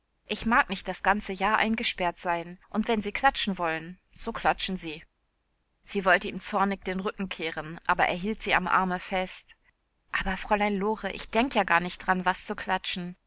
ich mag nicht das ganze jahr eingesperrt sein und wenn sie klatschen wollen so klatschen sie sie wollte ihm zornig den rücken kehren aber er hielt sie am arme fest aber fräulein lore ich denk ja gar nich dran was zu klatschen